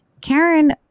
Karen